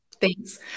Thanks